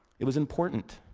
it was important.